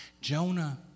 Jonah